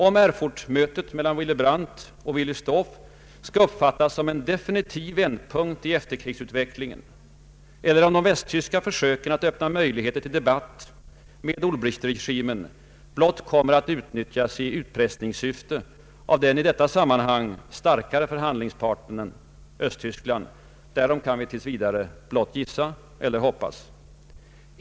Om Erfurtmötet mellan Willy Brandt och Willi Stoph skall uppfattas som en definitiv vändpunkt i efterkrigsutvecklingen eller om de västtyska försöken att öppna möjligheter till debatt med Ulbrichtregimen blott kommer att utnyttjas i utpressningssyfte av den i detta sammanhang starkare förhandlingsparten, Östtyskland, därom kan vi tills vidare blott gissa eller hoppas.